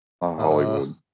Hollywood